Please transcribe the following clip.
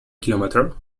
kilometre